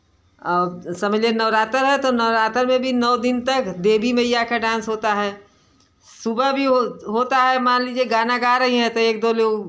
समझ लीजिए नवरात्र है तो नवरात्र में भी नौ दिन तक देवी मैया का डांस होता है सुबह भी हो ज होता है मान लीजिए गाना गा रही हैं तो एक दो लोग